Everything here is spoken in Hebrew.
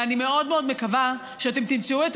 ואני מאוד מאוד מקווה שאתם תמצאו את